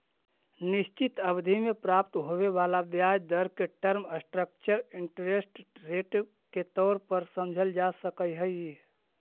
निश्चित अवधि में प्राप्त होवे वाला ब्याज दर के टर्म स्ट्रक्चर इंटरेस्ट रेट के तौर पर समझल जा सकऽ हई